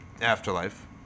afterlife